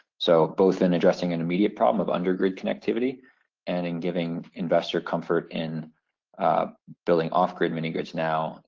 so both in addressing an immediate problem of undergrid connectivity and in giving investor comfort in building off-grid mini-grids now,